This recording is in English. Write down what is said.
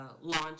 launch